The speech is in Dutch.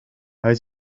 hij